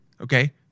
okay